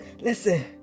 listen